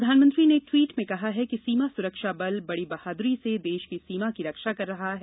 प्रधानमंत्री ने ट्वीट में कहा है कि सीमा सुरक्षा बल बड़ी बहाद्री से देश की सीमा की रक्षा कर रहा है